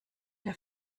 der